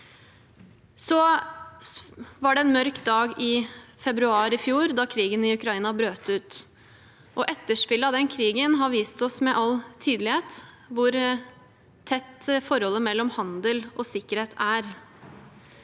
det en mørk dag i februar i fjor da krigen i Ukraina brøt ut. Etterspillet av den krigen har vist oss med all tydelighet hvor tett forholdet mellom handel og sikkerhet er.